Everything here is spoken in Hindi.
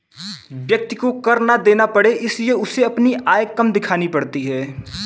व्यक्ति को कर ना देना पड़े इसलिए उसे अपनी आय कम दिखानी पड़ती है